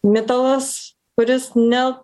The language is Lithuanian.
mitalas kuris ne